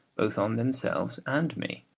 both on themselves and me.